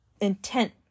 intent